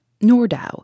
Nordau